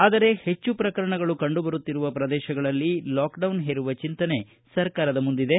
ಆದರೆ ಹೆಚ್ಚು ಪ್ರಕರಣಗಳು ಕಂಡು ಬರುತ್ತಿರುವ ಪ್ರದೇಶಗಳಲ್ಲಿ ಲಾಕ್ ಡೌನ್ ಹೇರುವ ಚೆಂತನೆ ಸರ್ಕಾರದ ಮುಂದಿದೆ